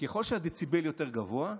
ככל שהדציבל יותר גבוה,